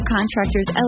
Contractors